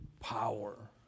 power